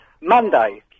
Monday